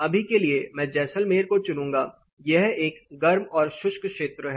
अभी के लिए मैं जैसलमेर को चुनूंगा यह एक गर्म और शुष्क क्षेत्र है